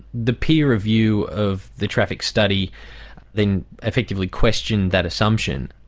the peer review of the traffic study then effectively questioned that assumption.